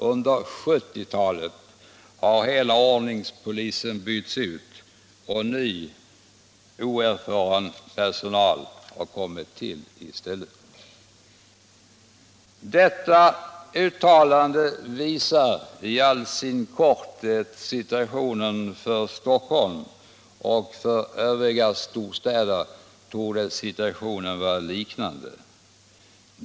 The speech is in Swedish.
Under 1970-talet har hela ordningspolisen bytts ut, och ny, oerfaren personal har kommit i stället. Detta uttalande visar i all sin korthet situationen för Stockholm, och för övriga storstäder torde situationen vara liknande.